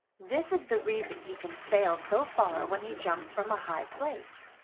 this is the reason he can sail so far when he jumps from a high place.